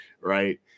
right